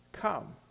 come